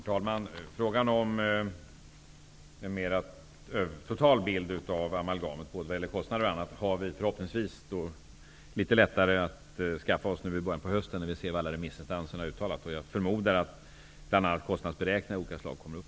Herr talman! En totalbild av amalgamet, med kostnader och annat, har vi förhoppningsvis litet lättare att skaffa oss i början av hösten när vi ser vad remissinstanserna har uttalat. Jag förmodar att bl.a. kostnadsberäkningar av olika slag då kommer upp.